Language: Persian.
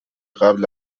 قبل